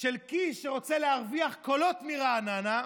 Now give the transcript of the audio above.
של קיש, שרוצה להרוויח קולות מרעננה,